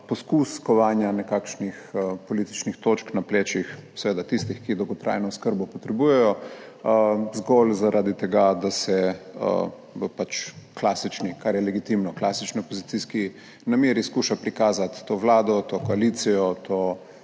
poskus kovanja nekakšnih političnih točk na plečih seveda tistih, ki dolgotrajno oskrbo potrebujejo. Zgolj zaradi tega, da se v klasični, kar je legitimno, v klasični opozicijski nameri skuša prikazati to Vlado, to koalicijo,